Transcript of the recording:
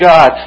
God